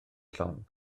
llon